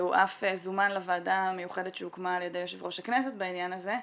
הוא אף זומן לוועדה המיוחדת שהוקמה על ידי יושב ראש הכנסת בעניין הזה,